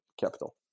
capital